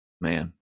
Man